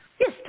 Yes